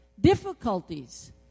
difficulties